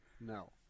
No